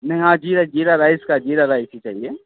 नहीं हाँ ज़ीरा ज़ीरा राइस का ज़ीरा राइस ही चाहिए